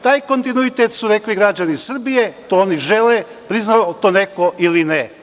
Taj kontinuitet su rekli građani Srbije, to oni žele, priznao to neko ili ne.